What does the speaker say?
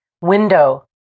window